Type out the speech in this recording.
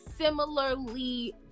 similarly